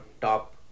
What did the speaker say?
top